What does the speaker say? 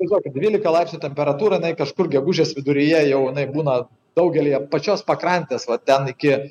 įsivaizduokit dvylika laipsnių temperatūra jinai kažkur gegužės viduryje jau būna daugelyje pačios pakrantės va ten iki